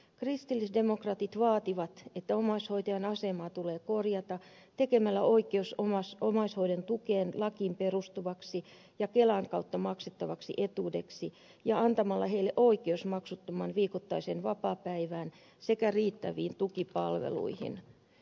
kristillisdemokraatit vaativat että omaishoitajan asemaa tulee korjata tekemällä oikeus omaishoidon tukeen lakiin perustuvaksi ja kelan kautta maksettavaksi etuudeksi ja antamalla heille oikeus maksuttomaan viikoittaiseen vapaapäivään sekä riittäviin tukipalveluihin